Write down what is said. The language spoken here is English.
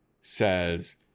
says